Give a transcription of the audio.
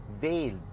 veil